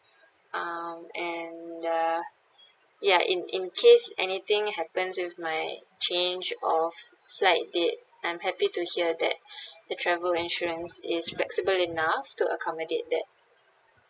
um and uh ya in in case anything happens with my change of flight date I'm happy to hear that the travel insurance is flexible enough to accommodate that